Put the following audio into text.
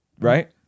right